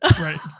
Right